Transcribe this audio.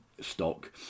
stock